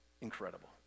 Incredible